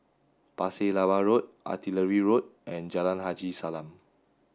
Pasir Laba Road Artillery Road and Jalan Haji Salam